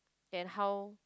and how